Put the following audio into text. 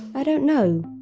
i don't know